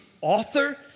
author